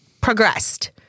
progressed